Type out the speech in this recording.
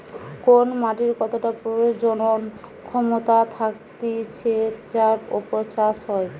কোন মাটির কতটা প্রজনন ক্ষমতা থাকতিছে যার উপর চাষ হয়